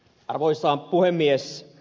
arvoisa puhemies